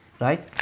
right